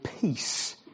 peace